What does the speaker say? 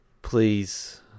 Please